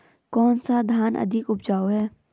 कौन सा धान अधिक उपजाऊ है?